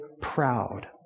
proud